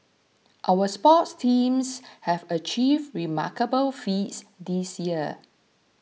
our sports teams have achieved remarkable feats this year